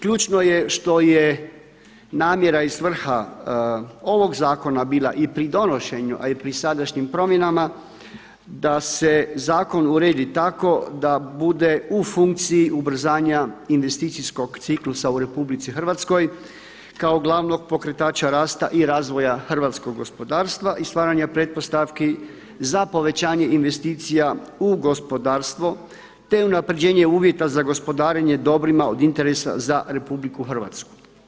Ključno je što je namjera i svrha ovog zakona bila i pri donošenju a i pri sadašnjim promjenama da se zakon uredi tako da bude u funkciji ubrzanja investicijskog ciklusa u RH kao glavnom pokretača rasta i razvoja hrvatskog gospodarstva i stvaranja pretpostavki za povećanje investicija u gospodarstvo te unapređenje uvjeta za gospodarenje dobrima od interesa za RH.